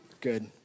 Good